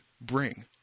bring